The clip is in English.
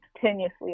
continuously